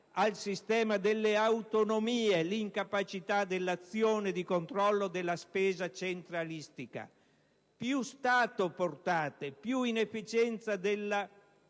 al sistema delle autonomie l'incapacità dell'azione di controllo della spesa centralistica. Portate più Stato e più inefficienza della